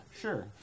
Sure